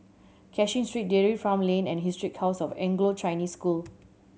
Cashin Street Dairy Farm Lane and Historic House of Anglo Chinese School